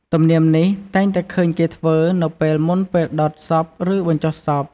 ទំនៀមនេះតែងតែឃើញគេធ្វើនៅពេលមុនពេលដុតសពឬបញ្ចុះសព។